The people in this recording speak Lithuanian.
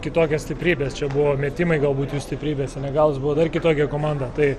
kitokias stiprybes čia buvo metimai galbūt ir stiprybės senegalas buvo dar kitokia komanda tai